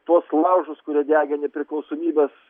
tuos laužus kurie degė nepriklausomybės